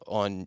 on